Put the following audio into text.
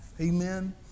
Amen